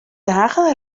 dagen